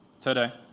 today